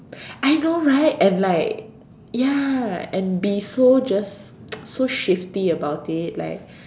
I know right and like ya and be so just so shifty about it like